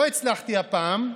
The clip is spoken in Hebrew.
לא הצלחתי הפעם,